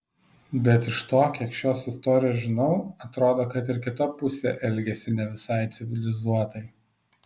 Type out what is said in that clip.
bet iš to kiek šios istorijos žinau atrodo kad ir kita pusė elgėsi ne visai civilizuotai